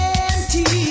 empty